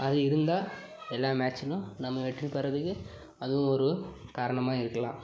அது இருந்தால் எல்லா மேட்சிலும் நம்ம வெற்றி பெறதுக்கு அதுவும் ஒரு காரணமாக இருக்கலாம்